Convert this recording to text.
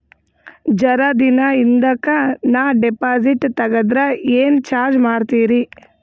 ಜರ ದಿನ ಹಿಂದಕ ನಾ ಡಿಪಾಜಿಟ್ ತಗದ್ರ ಏನ ಚಾರ್ಜ ಮಾಡ್ತೀರಿ?